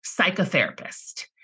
psychotherapist